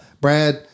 Brad